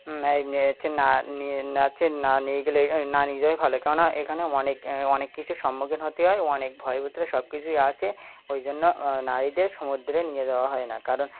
এই হচ্ছে না না হচ্ছে না নিয়ে গেলে না নিয়ে যাওয়াই ভালো কেননা এখানে অনেক অনেক কিছু সম্মুখীন হতে হয় অনেক ভয় ভূত্রে সব কিছুই আসে ওই জন্য নারীদের সমুদ্রে নিয়ে যাওয়া হয় না কারণ